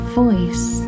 voice